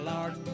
Lord